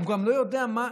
הוא גם לא יודע מה,